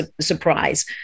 surprise